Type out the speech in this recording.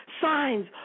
signs